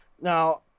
Now